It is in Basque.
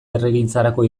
herrigintzarako